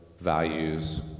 values